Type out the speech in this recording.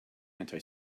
anti